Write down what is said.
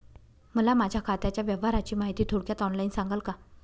मला माझ्या खात्याच्या व्यवहाराची माहिती थोडक्यात ऑनलाईन सांगाल का?